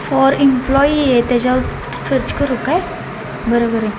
for employee आहे त्याच्यावर search करू काय बरं बरं